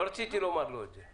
לא רציתי לומר לו את זה.